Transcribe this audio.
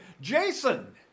Jason